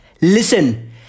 Listen